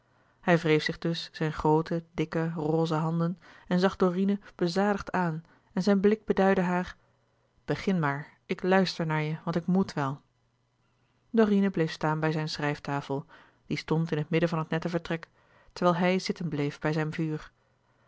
hij wreef zich dus zijn groote dikke roze handen en zag dorine bezadigd aan en zijn blik beduidde haar begin maar ik luister naar je want ik moet wel dorine bleef staan bij zijne schrijftafel die stond in het midden van het nette vertrek terwijl hij zitten bleef bij zijn vuur